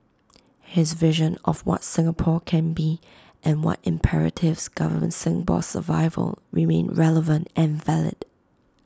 his vision of what Singapore can be and what imperatives govern Singapore's survival remain relevant and valid